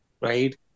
right